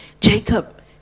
Jacob